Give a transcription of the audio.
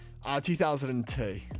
2002